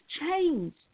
changed